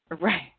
Right